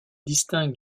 distingue